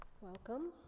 welcome